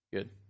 Good